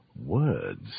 words